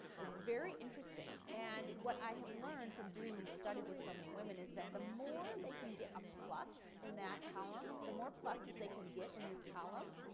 it's very interesting. and what i have learned from doing these studies with so many women is that the more they can get a plus in that column, the more pluses they can get in this column,